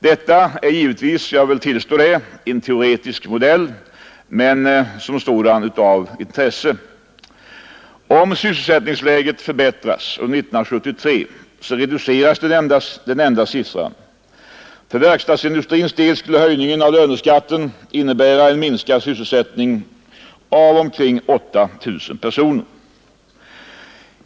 Detta är givetvis — jag vill tillstå det — en teoretisk modell men som sådan av intresse. Om sysselsättningsläget förbättras under 1973 reduceras den nämnda siffran. För: verkstadsindustrins del skulle höjningen av löneskatten innebära att sysselsättningen minskar med 8 000 arbetstillfällen.